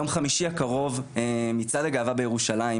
יום חמישי הקרוב מצעד הגאווה בירושלים,